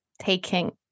taking